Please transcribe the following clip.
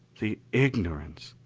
the ignorance